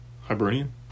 Hibernian